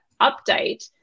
update